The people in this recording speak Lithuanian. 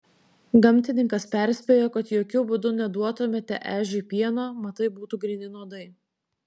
gamtininkas perspėjo kad jokiu būdu neduotumėte ežiui pieno mat tai būtų gryni nuodai